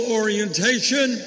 orientation